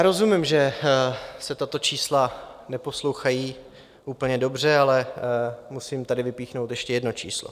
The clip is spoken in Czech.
Rozumím, že se tato čísla neposlouchají úplně dobře, ale musím tady vypíchnout ještě jedno číslo.